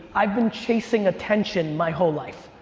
i've been chasing attention my whole life.